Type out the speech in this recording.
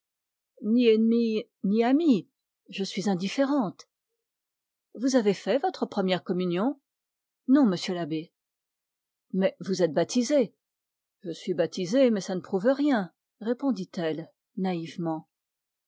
ennemie ni amie je suis indifférente vous avez fait votre première communion non monsieur l'abbé mais vous êtes baptisée je suis baptisée mais ça ne prouve rien réponditelle naïvement